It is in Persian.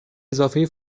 اضافه